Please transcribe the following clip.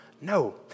No